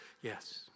yes